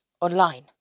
online